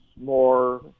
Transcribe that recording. more